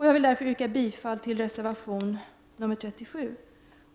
Jag vill yrka bifall till reservation nr 37.